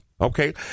okay